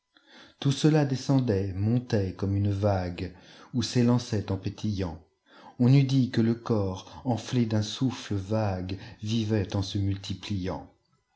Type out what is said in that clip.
tout cela descendait montait comme une vague ou s'élançait en pétillant on eût dit que le corps enflé d'un souffle vague vivait en se multipliant